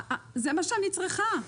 זה מה שאני צריכה,